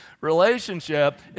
relationship